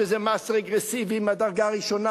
שזה מס רגרסיבי מהדרגה הראשונה,